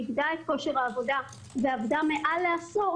איבדה את כושר העבודה ועבדה מעל לעשור,